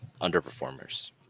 underperformers